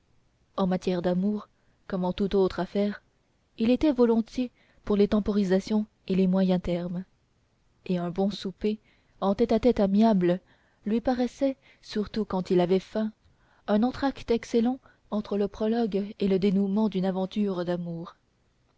en matière d'amour comme en toute autre affaire il était volontiers pour les temporisations et les moyens termes et un bon souper en tête à tête aimable lui paraissait surtout quand il avait faim un entr'acte excellent entre le prologue et le dénoûment d'une aventure d'amour